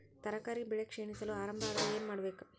ತರಕಾರಿ ಬೆಳಿ ಕ್ಷೀಣಿಸಲು ಆರಂಭ ಆದ್ರ ಏನ ಮಾಡಬೇಕು?